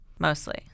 Mostly